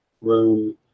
room